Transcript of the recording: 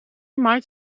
maait